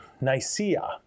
Nicaea